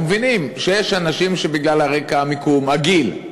אנחנו מבינים שיש אנשים שבגלל הרקע, המיקום, הגיל,